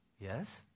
Yes